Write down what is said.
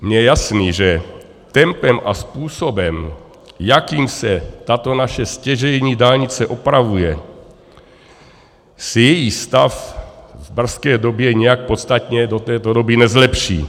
Mně je jasné, že tempem a způsobem, jakým se tato naše stěžejní dálnice opravuje, se její stav v brzké době nijak podstatně do této doby nezlepší.